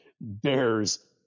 bears